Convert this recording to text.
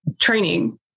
training